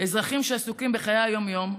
אזרחים שעסוקים בחיי היום-יום,